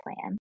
plan